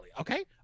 okay